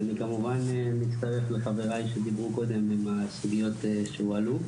ואני כמובן מצטרף לחבריי שדיברו קודם עם הסוגיות שעלו.